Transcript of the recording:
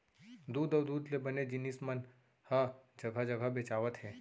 दूद अउ दूद ले बने जिनिस मन ह जघा जघा बेचावत हे